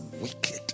wicked